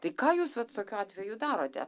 tai ką jūs vat tokiu atveju darote